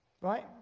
Right